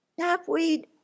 Napweed